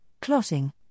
clotting